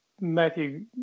Matthew